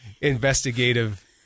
investigative